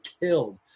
killed